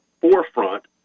forefront